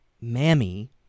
Mammy